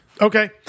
Okay